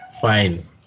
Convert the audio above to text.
fine